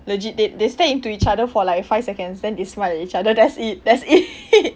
legit they they stare into each other for like five seconds then they smile at each other that's it that's it